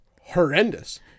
horrendous